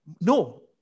No